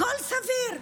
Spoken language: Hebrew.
הכול סביר,